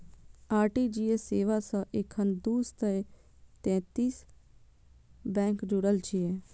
RTGS सेवा सं एखन दू सय सैंतीस बैंक जुड़ल छै